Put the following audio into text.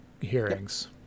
hearings